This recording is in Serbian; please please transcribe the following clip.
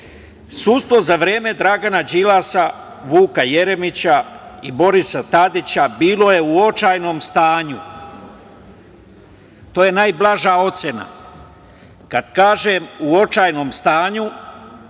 vreme. Sudstvo za vreme Dragana Đilasa, Vuka Jeremića i Borisa Tadića bilo je u očajnom stanju. To je najblaža ocena. Kada kažem u očajnom stanju,